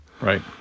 Right